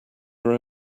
are